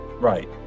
Right